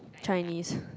Chinese